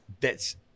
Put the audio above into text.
that's-